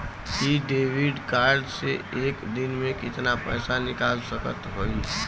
इ debit card से एक दिन मे कितना पैसा निकाल सकत हई?